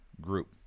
group